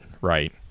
right